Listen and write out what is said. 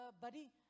buddy